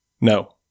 No